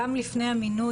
גם לפני המינוי,